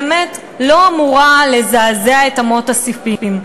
באמת לא אמורה לזעזע את אמות הספים.